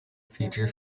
feature